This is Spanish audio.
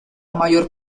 mayor